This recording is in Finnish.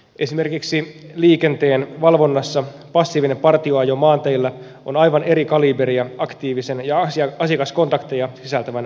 esimerkiksi liikenteenvalvonnassa passiivinen partioajo maanteillä on aivan eri kaliiberia aktiivisen ja asiakaskontakteja sisältävän valvonnan kanssa